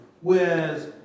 Whereas